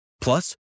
Plus